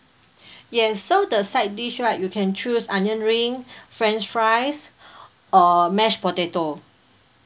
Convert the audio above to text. yes so the side dish right you can choose onion ring french fries or mash potato